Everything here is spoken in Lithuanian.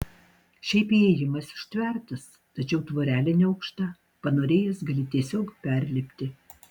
šiaip įėjimas užtvertas tačiau tvorelė neaukšta panorėjęs gali tiesiog perlipti